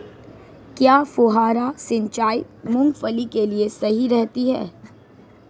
क्या फुहारा सिंचाई मूंगफली के लिए सही रहती है?